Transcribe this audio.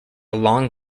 long